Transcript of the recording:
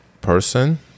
person